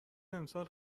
امسال